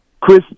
Chris